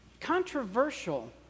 controversial